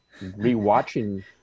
rewatching